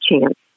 chance